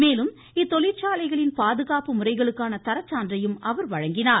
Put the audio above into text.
மேலும் இத்தொழிற்சாலைகளின் பாதுகாப்பு முறைகளுக்கான தரச்சான்றையும் அவர் அளித்தார்